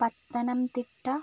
Pathanamthitta